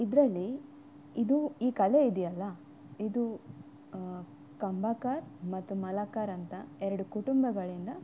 ಇದರಲ್ಲಿ ಇದು ಈ ಕಲೆ ಇದೆಯಲ್ಲ ಇದು ಕಂಬಾಕಾರ್ ಮತ್ತು ಮಲಾಕಾರ್ ಅಂತ ಎರಡು ಕುಟುಂಬಗಳಿಂದ